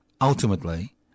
Ultimately